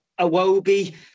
Awobi